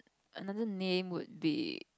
another name would be